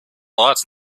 lights